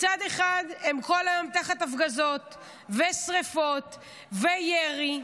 הם כל היום תחת הפגזות ושריפות וירי.